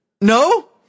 No